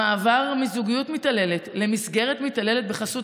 המעבר מזוגיות מתעללת למסגרת מתעללת בחסות